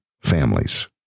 families